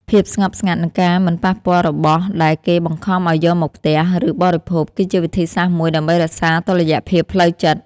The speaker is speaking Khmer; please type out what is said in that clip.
ភាពស្ងប់ស្ងាត់និងការមិនប៉ះពាល់របស់ដែលគេបង្ខំឱ្យយកមកផ្ទះ ឬបរិភោគ គឺជាវិធីសាស្ត្រមួយដើម្បីរក្សាតុល្យភាពផ្លូវចិត្ត។